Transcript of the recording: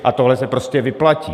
A tohle se prostě vyplatí.